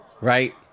Right